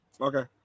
okay